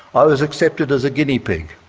i was accepted as a guinea pig.